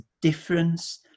difference